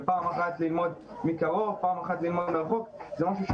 פעם אחת ללמוד מקרוב ופעם אחת ללמוד מרחוק.